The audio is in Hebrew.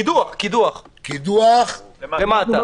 קידוח --- קידוח למטה.